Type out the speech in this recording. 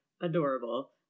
adorable